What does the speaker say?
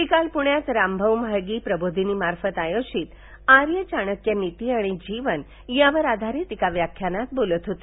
ते काल पृण्यात रामभाऊ म्हाळगी प्रबोधिनीमार्फत आयोजित आर्य चाणक्यनीती आणि जीवन यावर आधारित एका व्याख्यानात बोलत होते